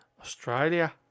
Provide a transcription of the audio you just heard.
Australia